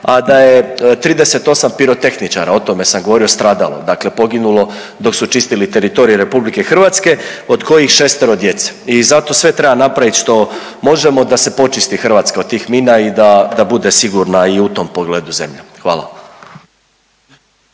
a da je 38 pirotehničara, o tome sam govorio stradalo, dakle poginulo dok su čistili teritorij RH od kojih 6 djece. I zato sve treba napraviti što možemo da se počisti Hrvatska od tih mina i da, da bude sigurna i u tom pogledu zemlja. Hvala.